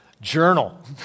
Journal